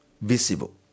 visible